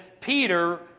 Peter